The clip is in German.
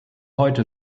heute